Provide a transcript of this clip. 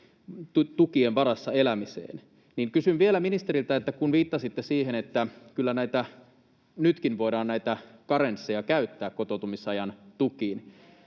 tukien varassa elämiseen, niin kysyn vielä ministeriltä, että kun viittasitte siihen, että kyllä nytkin voidaan näitä karensseja käyttää kotoutumisajan tukiin